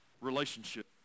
Relationship